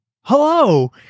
Hello